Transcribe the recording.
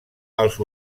els